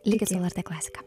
likit su lrt klasika